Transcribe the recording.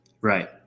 Right